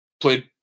played